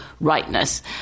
rightness